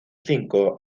cinco